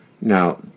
Now